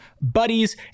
buddies